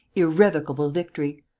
irrevocable victory.